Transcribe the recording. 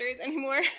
anymore